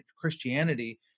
Christianity